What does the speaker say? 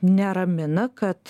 neramina kad